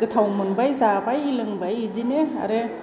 गोथाव मोनबाय जाबाय लोंबाय बेदिनो आरो